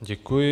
Děkuji.